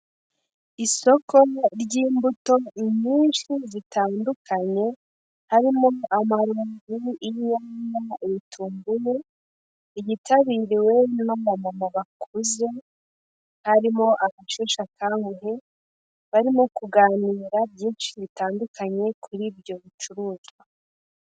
Isoko ry'imbuto nyinshi zitandukanye, harimo amaronji, inyanya, ibitunguru, ryitabiriwe n'aba mama bakuze barimo abasheshe akanguhe, barimo kuganira byinshi bitandukanye kuri ibyo bicuruzwa.